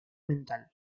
mental